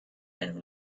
and